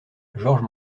georges